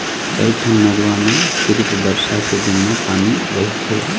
कइठन नरूवा म सिरिफ बरसा के दिन म पानी रहिथे